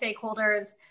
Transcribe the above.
stakeholders